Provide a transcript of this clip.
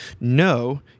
No